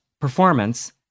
performance